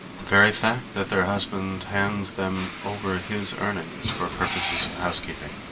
the very fact that their husband hands them over his earnings for purposes of housekeeping,